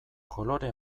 kolore